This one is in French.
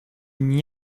n’y